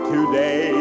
Today